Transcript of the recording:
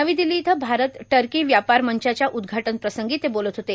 नवी दिल्ली इथं भारत टर्की व्यापार मंचाच्या उद्घाटन प्रसंगी ते बोलत होते